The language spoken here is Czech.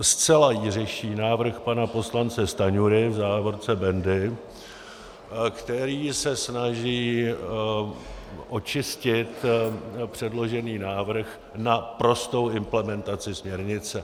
Zcela ji řeší návrh pana poslance Stanjury, v závorce Bendy, který se snaží očistit předložený návrh na prostou implementaci směrnice.